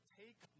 take